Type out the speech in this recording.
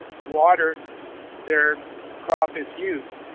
water their crop has used.